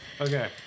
Okay